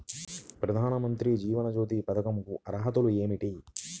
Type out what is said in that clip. ప్రధాన మంత్రి జీవన జ్యోతి పథకంకు అర్హతలు ఏమిటి?